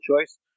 choice